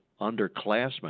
underclassmen